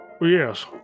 Yes